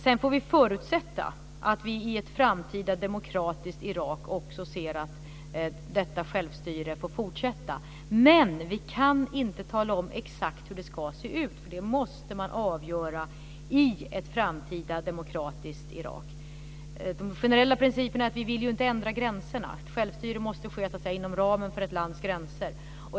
Sedan får vi förutsätta att vi i ett framtida demokratiskt Irak också ser att detta självstyre får fortsätta. Men vi kan inte tala om exakt hur det ska se ut. Det måste man avgöra i ett framtida demokratiskt Irak. De generella principerna är att vi inte vill ändra gränserna. Ett självstyre måste ske inom ramen för ett lands gränser.